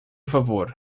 favor